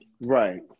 Right